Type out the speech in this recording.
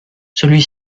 celui